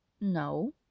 no